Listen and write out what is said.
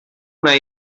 una